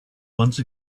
once